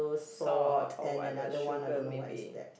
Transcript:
salt or whatever sugar maybe